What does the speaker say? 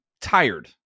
tired